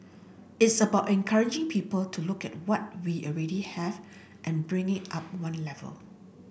it's about encouraging people to look at what we already have and bring it up one level